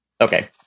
Okay